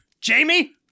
Jamie